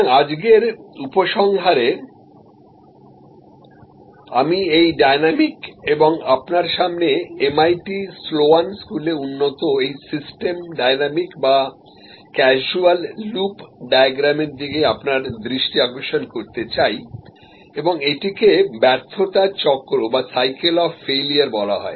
সুতরাং আজকের উপসংহারে আমি এই ডাইনামিক এবং আপনার সামনে এমআইটি স্লোয়ান স্কুলে উন্নত এই সিস্টেম ডাইনামিক বা ক্যাসুয়াল লুপ ডায়াগ্রামের দিকে আপনার দৃষ্টি আকর্ষণ করতে চাই এবং এটিকে ব্যর্থতার চক্র বা সাইকেল অফ ফেইলিওর বলা হয়